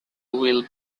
will